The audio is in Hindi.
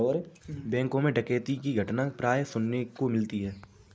बैंकों मैं डकैती की घटना प्राय सुनने को मिलती है